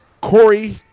Corey